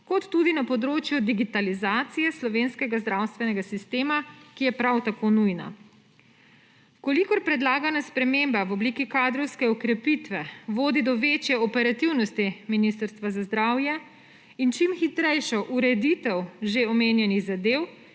kot tudi na področju digitalizacije slovenskega zdravstvenega sistema, ki je prav tako nujna. V kolikor predlagana sprememba v obliki kadrovske okrepitve vodi do večje operativnosti Ministrstva za zdravje in čim hitrejšo ureditev že omenjenih zadev,